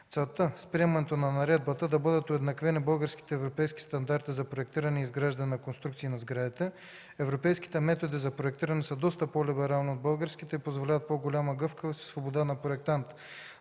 Целта е с приемането на наредбата да бъдат уеднаквени българските и европейски стандарти за проектиране и изграждане на конструкции на сградите, европейските методи за проектиране са доста по-либерални от българските и позволяват по-голяма гъвкавост и свобода на проектанта.